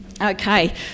Okay